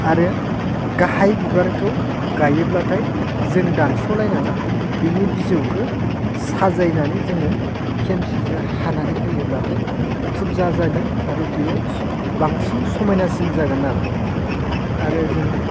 आरो गाहाय बिबारखौ गायोब्लाथाय जों दानस'लायनाङा बेनि बिजौखौ साजायनानै जोङो खेमसिजों हानानै होयोब्लाथाय थुबजा जागोन आरो बियो बांसिन समायनासिन जागोन आरो आरो जों